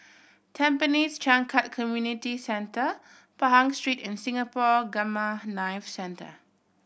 Tampines Changkat Community Centre Pahang Street and Singapore Gamma Knife Centre